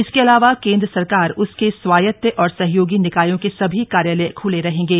इसके अलावा केंद्र सरकार उसके स्वायत्त और सहयोगी निकायों के सभी कार्यालय खले रहेंगे